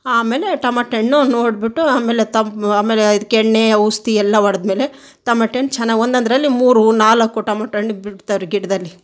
ಆಮೇಲೆ ಟಮಟೆ ಹಣ್ಣು ನೋಡಿಬಿಟ್ಟು ಆಮೇಲೆ ತಂಬ್ ಆಮೇಲೆ ಇದ್ಕೆ ಎಣ್ಣೆ ಔಷ್ಧಿ ಎಲ್ಲ ಹೊಡ್ದ್ ಮೇಲೆ ತಮಟೆ ಹಣ್ಣು ಚೆನ್ನ ಒಂದೊಂದರಲ್ಲಿ ಮೂರು ನಾಲ್ಕು ಟೊಮೊಟೊ ಹಣ್ಣು ಬಿಡ್ತಾವೆ ರೀ ಗಿಡದಲ್ಲಿ